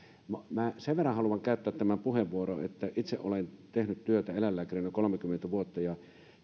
sen vuoksi haluan käyttää tämän puheenvuoron että itse olen tehnyt työtä eläinlääkärinä kolmekymmentä vuotta ja